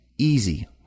Easy